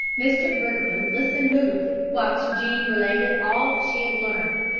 mr. briggerland listened moodily whilst jean related all that she had learnt,